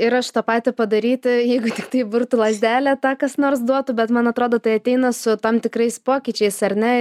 ir aš tą patį padaryti jeigu tiktai burtų lazdelę tą kas nors duotų bet man atrodo tai ateina su tam tikrais pokyčiais ar ne